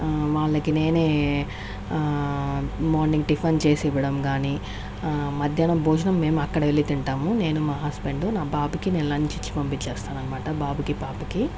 వాళ్లకి నేనే morning tiffin చేసి ఇవ్వడం కానీ మధ్యాహ్నం భోజనం మేము అక్కడ వెళ్లి తింటాము నేను మా హస్బెండ్ మా బాబుకి నేను లంచ్ ఇచ్చి పంపించేస్తాను అనమాట బాబుకి పాపకి